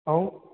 ऐं